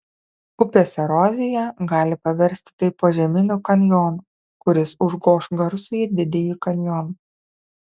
upės erozija gali paversti tai požeminiu kanjonu kuris užgoš garsųjį didįjį kanjoną